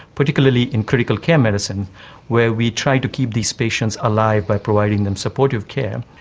particularly in critical care medicine where we try to keep these patients alive by providing them supportive care,